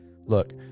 look